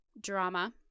drama